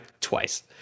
twice